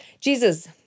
Jesus